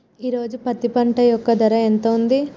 ఈ రోజు పత్తి పంట యొక్క ధర ఎంత ఉంది?